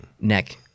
Neck